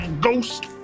ghost